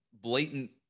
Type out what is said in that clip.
blatant